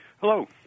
Hello